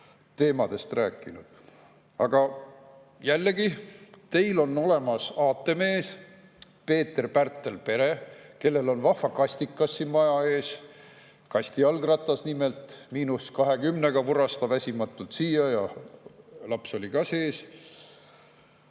teemadest rääkinud? Aga jällegi, teil on olemas aatemees Pärtel-Peeter Pere, kellel on vahva kastikas siin maja ees, kastijalgratas nimelt. –20 kraadiga vuras ta väsimatult siia ja laps oli ka sees.